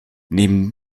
neben